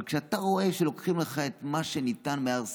אבל כשאתה רואה שלוקחים לך את מה שניתן בהר סיני,